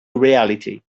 reality